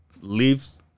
leaves